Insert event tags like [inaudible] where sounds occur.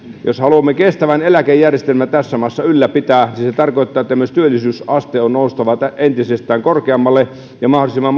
jos haluamme kestävää eläkejärjestelmää tässä maassa ylläpitää niin se tarkoittaa että myös työllisyysasteen on noustava entisestään korkeammalle ja mahdollisimman [unintelligible]